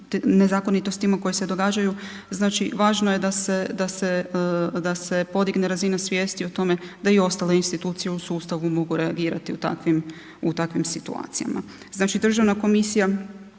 nezakonitostima koje se događaju znači važno je da se podigne razina svijesti o tome da i ostale institucije u sustavu mogu reagirati u takvim situacija. Znači državna komisija,